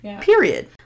period